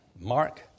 Mark